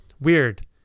weird